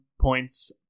points